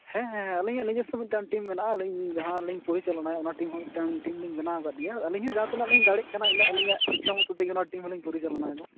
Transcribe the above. ᱦᱮᱸ ᱦᱮᱸ ᱟᱞᱤᱧᱟᱜ ᱱᱤᱡᱮᱥᱥᱚ ᱢᱤᱫᱴᱟᱱ ᱴᱤᱢ ᱢᱮᱱᱟᱜᱼᱟ ᱟᱞᱤᱧ ᱡᱟᱦᱟᱸᱞᱤᱧ ᱯᱚᱨᱤᱪᱟᱞᱚᱱᱟᱭᱟ ᱚᱱᱟ ᱴᱤᱢ ᱦᱚᱸ ᱢᱤᱫᱴᱟᱝ ᱴᱤᱢ ᱞᱤ ᱵᱮᱱᱟᱣ ᱟᱠᱟᱫ ᱜᱮᱭᱟ ᱟᱞᱤᱧ ᱦᱚᱸ ᱡᱟᱦᱟᱸᱛᱤᱱᱟᱹᱜ ᱞᱤᱧ ᱫᱟᱲᱮᱭᱟᱜ ᱠᱟᱱᱟ ᱤᱱᱟᱹᱜ ᱟᱞᱤᱧᱟᱜ ᱤᱪᱪᱷᱟᱹ ᱢᱚᱛᱚ ᱛᱮᱜᱮ ᱚᱱᱟ ᱴᱤᱢ ᱦᱚᱸᱞᱤᱧ ᱯᱚᱨᱤᱪᱟᱞᱚᱱᱟᱭᱮᱫᱟ